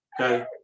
Okay